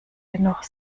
dennoch